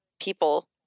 people